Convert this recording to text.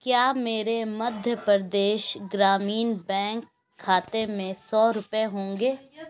کیا میرے مدھیہ پردیش گرامین بینک کھاتے میں سو روپئے ہوں گے